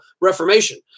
Reformation